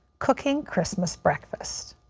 cooking christmas breakfast.